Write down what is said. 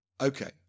Okay